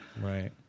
Right